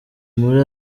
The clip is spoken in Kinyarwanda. muri